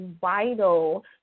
vital